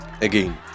again